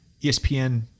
ESPN